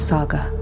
Saga